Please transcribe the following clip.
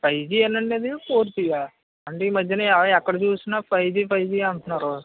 five G అండేనా అది four జీయా అంటే ఈ మధ్యన ఎక్కడ చూసినా ఫైవ్ జీ ఫైవ్ జీ అంటన్నారు